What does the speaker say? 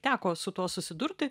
teko su tuo susidurti